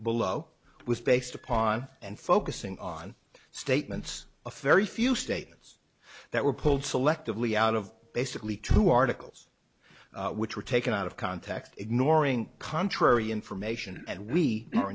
below was based upon and focusing on statements of fairy few statements that were pulled selectively out of basically two articles which were taken out of context ignoring contrary information and we are